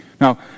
Now